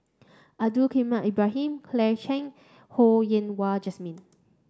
Abdul Kadir Ibrahim Claire Chiang Ho Yen Wah Jesmine